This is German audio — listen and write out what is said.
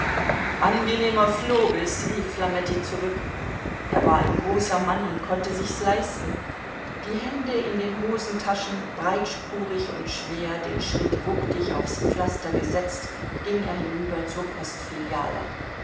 angenehmer flohbiß rief flametti zurück er war ein großer mann und konnte sich's leisten die hände in den hosentaschen breitspurig und schwer den schritt wuchtig aufs pflaster gesetzt ging er hinüber zur postfiliale